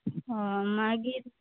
हय मागीर